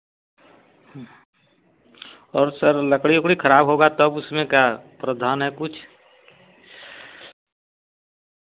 और सर लकड़ी उकड़ी ख़राब होगा तब उसमें का प्रावधान है कुछ